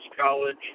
College